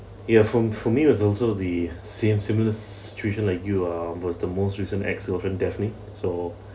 ya for for me was also the same similar situation like you ah was the most recent definitely so